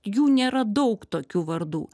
jų nėra daug tokių vardų